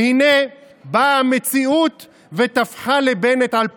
והינה באה המציאות וטפחה לבנט על פניו.